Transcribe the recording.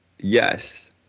yes